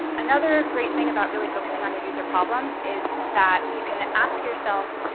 another great thing about really focusing on your user problem is that you can ask yourself,